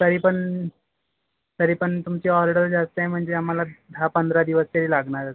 तरी पण तरी पण तुमची ऑर्डर जास्त आहे म्हणजे आम्हाला दहा पंधरा दिवस तरी लागणारच